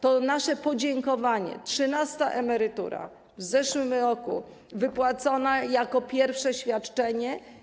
To nasze podziękowanie, trzynasta emerytura, w zeszłym roku wypłacona jako pierwsze świadczenie.